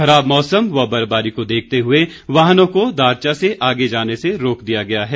खराब मौसम व बर्फवारी को देखते हुए वाहनों को दारचा से आगे जाने से रोक दिया गया है